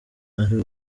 ari